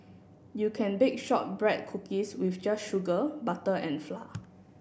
you can bake shortbread cookies with just sugar butter and flour